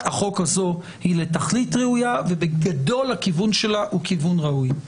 החוק הזאת היא לתכלית ראויה ובגדול הכיוון שלה הוא כיוון ראוי.